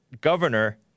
governor